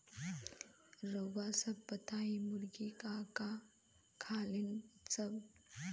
रउआ सभ बताई मुर्गी का का खालीन सब?